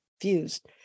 fused